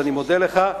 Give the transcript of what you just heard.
ואני מודה לך.